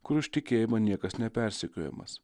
kur už tikėjimą niekas nepersekiojamas